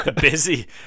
busy